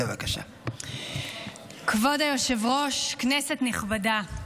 כבוד היושב-ראש, כנסת נכבדה,